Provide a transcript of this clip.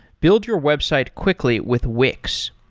build your website quickly with wix.